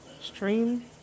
stream